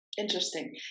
Interesting